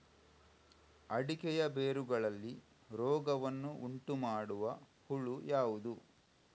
ಅಡಿಕೆಯ ಬೇರುಗಳಲ್ಲಿ ರೋಗವನ್ನು ಉಂಟುಮಾಡುವ ಹುಳು ಯಾವುದು?